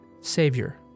savior